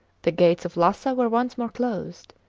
the gates of lhasa were once more closed,